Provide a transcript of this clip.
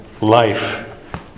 life